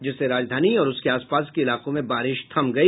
जिससे राजधानी और उसके आसपास के इलाकों में बारिश थम गई